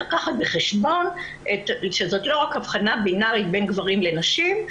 לקחת בחשבון שזאת לא רק הבחנה בינארית בין גברים לנשים,